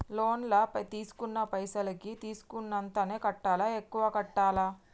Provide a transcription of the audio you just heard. Loan లా తీస్కున్న పైసల్ కి తీస్కున్నంతనే కట్టాలా? ఎక్కువ కట్టాలా?